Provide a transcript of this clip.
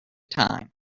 time